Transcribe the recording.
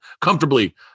comfortably